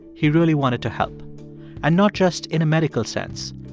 he really wanted to help and not just in a medical sense.